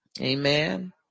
Amen